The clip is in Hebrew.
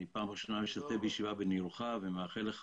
אני פעם ראשונה משתתף בישיבה בניהולך ומאחל לך